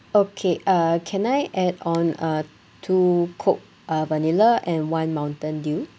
okay uh can I add on uh two coke uh vanilla and one mountain dew